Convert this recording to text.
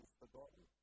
forgotten